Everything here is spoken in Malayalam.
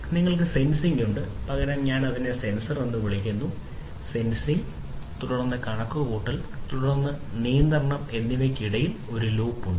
നിങ്ങൾക്ക് സെൻസിംഗ് ഉണ്ട് പകരം ഞാൻ അതിനെ സെൻസർ എന്ന് വിളിക്കട്ടെ നിങ്ങൾക്ക് സെൻസിംഗ് തുടർന്ന് കണക്കുകൂട്ടൽ തുടർന്ന് നിയന്ത്രണം എന്നിവയ്ക്കിടയിൽ ഒരു ലൂപ്പ് ഉണ്ട്